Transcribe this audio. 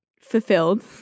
fulfilled